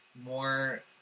more